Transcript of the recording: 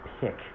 pick